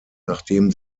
nachdem